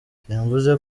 simvuze